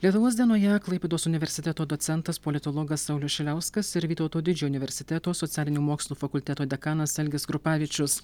lietuvos dienoje klaipėdos universiteto docentas politologas saulius šiliauskas ir vytauto didžiojo universiteto socialinių mokslų fakulteto dekanas algis krupavičius